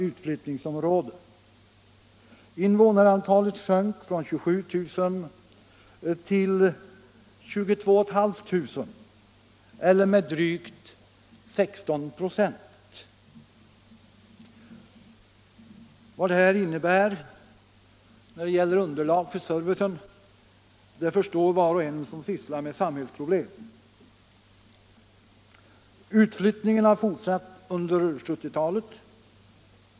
Utflyttningen har fortsatt under 1970 talet.